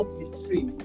history